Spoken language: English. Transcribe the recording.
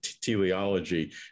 teleology